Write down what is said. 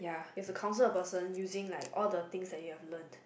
you have to counsel a person using like all the thing that you have learn